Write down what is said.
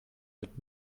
mit